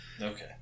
Okay